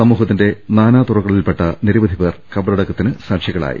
സമൂഹത്തിന്റെ നാനാതുറയിൽപ്പെട്ട നിരവധി പേർ കബറടക്കത്തിന് സാക്ഷികളായി